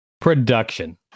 Production